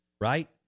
right